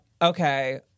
Okay